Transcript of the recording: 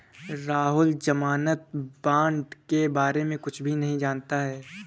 राहुल ज़मानत बॉण्ड के बारे में कुछ भी नहीं जानता है